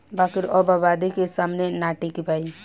बाकिर अब आबादी के सामने ना टिकी पाई